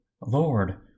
Lord